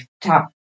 top